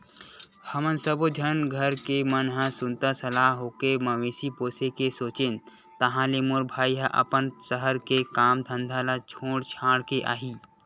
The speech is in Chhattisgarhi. हमन सब्बो झन घर के मन ह सुनता सलाह होके मवेशी पोसे के सोचेन ताहले मोर भाई ह अपन सहर के काम धंधा ल छोड़ छाड़ के आही